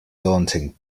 daunting